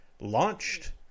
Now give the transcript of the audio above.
launched